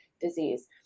disease